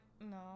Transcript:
no